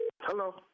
Hello